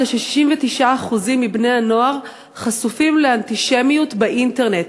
זה ש-69% מבני-הנוער חשופים לאנטישמיות באינטרנט,